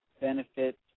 benefits